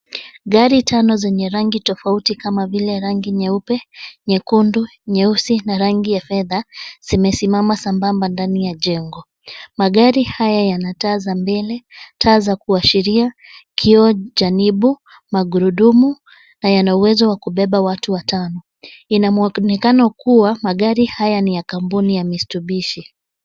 Gari tano zenye rangi tofauti kama vile rangi nyeupe, nyekundu, nyeusi na rangi ya fedha, zimesimama sambamba ndani ya jengo. Magari haya yana taa za mbele, taa za kuashiria, kioo cha nyibu, magurudumu na yana uwezo wa kubeba watu watano. Inaonekana kuwa magari haya ni ya kampuni ya Mistubishi.